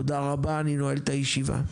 תודה רבה, אני נועל את הישיבה.